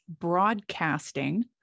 broadcasting